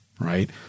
right